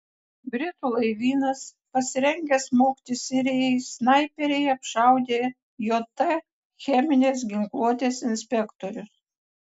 britų laivynas pasirengęs smogti sirijai snaiperiai apšaudė jt cheminės ginkluotės inspektorius